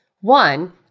One